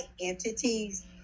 entities